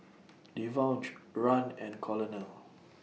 Devaughn Rahn and Colonel